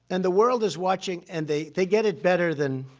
and the world is watching, and they they get it better than